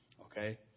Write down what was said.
Okay